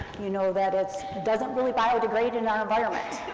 you know that it doesn't really biodegrade in ah environment,